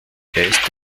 geist